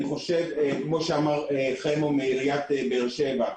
כפי שאמר חמו מעיריית באר שבע,